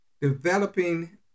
Developing